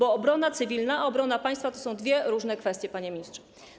Obrona cywilna i obrona państwa to są dwie różne kwestie, panie ministrze.